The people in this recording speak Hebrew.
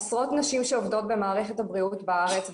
עשרות נשים שעובדות במערכת הבריאות בארץ,